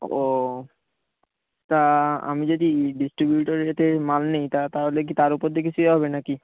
ও তা আমি যদি ডিস্টিবিউটর রেটে মাল নেই তা তাহলে কি তার উপর দিয়ে কি কিছু হবে না কি